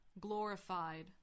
glorified